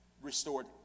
restored